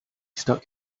stuck